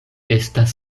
estas